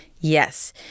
Yes